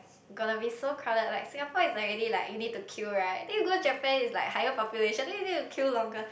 gonna be so crowded like Singapore is already like you need to queue right then you go Japan is like higher population then you need to queue longer